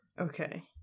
Okay